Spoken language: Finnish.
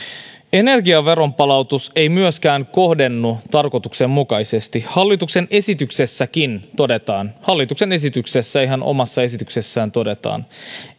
energiaveron palautus ei myöskään kohdennu tarkoituksenmukaisesti hallituksen esityksessäkin todetaan ihan hallituksen omassa esityksessä todetaan